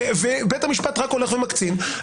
ובית המשפט רק הולך ומקצין.